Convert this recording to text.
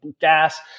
gas